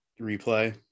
replay